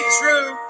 true